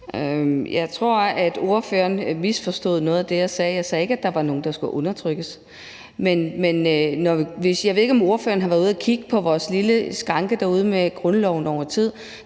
Jeg tror, at ordføreren misforstod noget af det, jeg sagde. Jeg sagde ikke, at der var nogen, der skulle undertrykkes. Jeg ved, ikke om ordføreren har kigget på vores lille skranke derude i